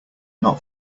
not